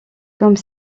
comme